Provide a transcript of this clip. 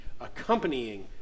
accompanying